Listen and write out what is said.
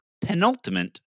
penultimate